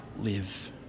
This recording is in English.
live